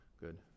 good